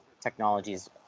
technologies